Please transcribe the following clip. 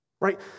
Right